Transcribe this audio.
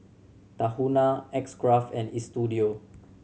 Tahuna X Craft and Istudio